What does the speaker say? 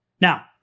Now